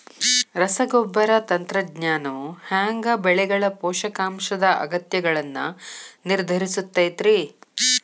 ರಸಗೊಬ್ಬರ ತಂತ್ರಜ್ಞಾನವು ಹ್ಯಾಂಗ ಬೆಳೆಗಳ ಪೋಷಕಾಂಶದ ಅಗತ್ಯಗಳನ್ನ ನಿರ್ಧರಿಸುತೈತ್ರಿ?